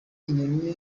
inyoni